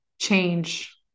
change